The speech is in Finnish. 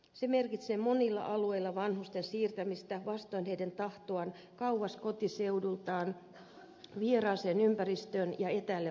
se merkitsee monilla alueilla vanhusten siirtämistä vastoin tahtoaan kauas kotiseudultaan vieraaseen ympäristöön ja etäälle omaisistaan